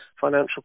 Financial